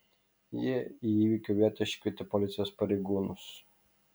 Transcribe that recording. jie į įvykio vietą iškvietė policijos pareigūnus